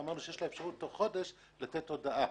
אמרנו שיש לה אפשרות תוך חודש לתת הודעה.